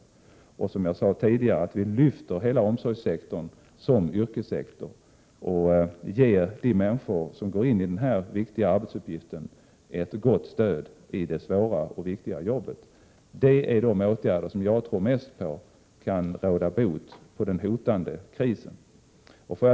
Det handlar också om, som jag sade tidigare, att vi lyfter hela omsorgssektorn som yrkessektor och ger de människor som går in i den här viktiga arbetsuppgiften ett gott stöd i det svåra och viktiga jobbet. Det är de åtgärder som jag tror mest på när det handlar om att råda bot på den hotande krisen.